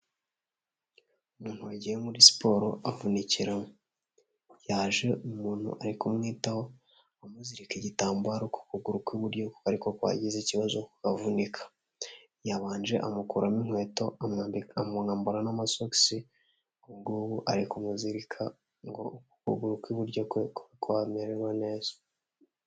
Umuntu wagiye muri siporo avunikirayo, yaje umuntu ari kumwitaho amuzirika igitambaro ku kuguru kw'iburyo kuko ariko kwagize ikibazo kukavunika, yabanje amukuramo inkweto amwambura n'amasogisi ku buryo ari kumuzirika, ngo uku ukuguru kw'iburyo kwe kumererwe neza.